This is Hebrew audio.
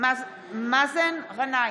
מאזן גנאים,